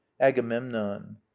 agamemnon